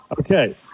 Okay